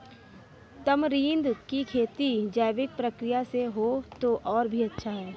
tamarind की खेती जैविक प्रक्रिया से हो तो और भी अच्छा